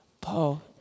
Paul